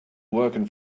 working